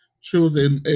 choosing